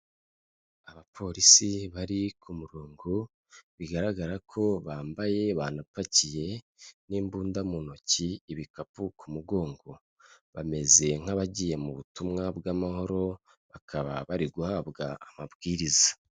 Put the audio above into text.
Abapolisi bari ku murongo bigaragara ko bambaye banapakiye n'imbunda mu ntoki, ibikapu ku mugongo bameze nk'abagiye mu butumwa bw'amahoro bakaba bari guhabwa amabwiriza.